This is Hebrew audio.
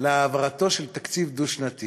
להעברתו של תקציב דו-שנתי?